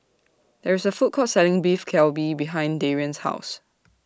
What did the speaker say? There IS A Food Court Selling Beef Galbi behind Darian's House